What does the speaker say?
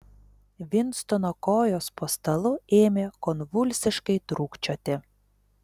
vinstono kojos po stalu ėmė konvulsiškai trūkčioti